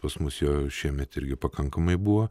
pas mus jo šiemet irgi pakankamai buvo